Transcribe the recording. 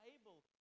able